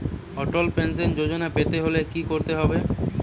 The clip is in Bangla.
অটল পেনশন যোজনা পেতে হলে কি করতে হবে?